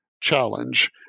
challenge